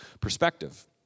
perspective